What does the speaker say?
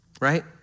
right